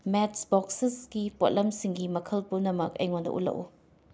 ꯃꯦꯠꯆꯕꯣꯛꯁꯦꯁꯀꯤ ꯄꯣꯠꯂꯝꯁꯤꯡꯒꯤ ꯃꯈꯜ ꯄꯨꯝꯅꯃꯛ ꯑꯩꯉꯣꯟꯗ ꯎꯠꯂꯛꯎ